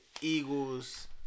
Eagles